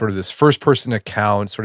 this first person account,